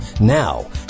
Now